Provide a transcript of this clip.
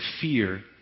fear